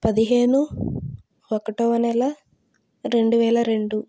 పదిహేను ఒకటవ నెల రెండు వేల రెండు